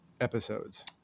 episodes